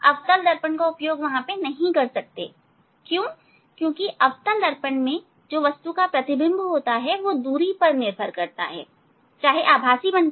आप अवतल दर्पण का उपयोग नहीं कर सकते क्योंकि अवतल दर्पण में प्रतिबिंब वस्तु से दूरी पर निर्भर करता है चाहे यह आभासी हो